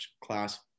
class